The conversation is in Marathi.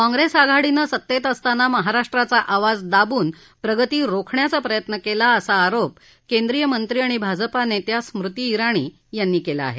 काँग्रेस आघाडीनं सत्तेत असताना महाराष्ट्राचा आवाज दाबून प्रगती रोखण्याचा प्रयत्न केला असा आरोप केंद्रीयमंत्री आणि भाजपा नेत्या स्मुती इराणी यांनी केला आहे